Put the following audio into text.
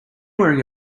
wearing